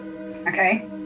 Okay